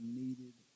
needed